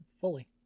fully